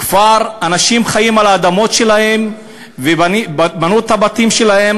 כבר אנשים חיים על האדמות שלהם ובנו את הבתים שלהם,